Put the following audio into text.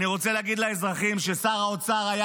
אני רוצה להגיד לאזרחים שלשר האוצר היו